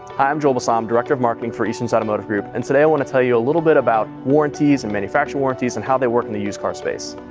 hi, i'm joel bassam, director of marketing for easterns automotive group. and today, i want to tell you a little bit about warranties, and manufacturer warranties, and how they work in the used car space.